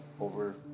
over